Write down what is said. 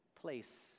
place